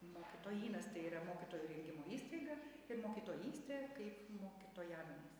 mokytojynas tai yra mokytojų rengimo įstaiga ir mokytojystė kaip mokytojavimas